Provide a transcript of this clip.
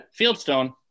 Fieldstone